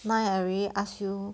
mine I already ask you